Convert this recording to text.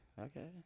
okay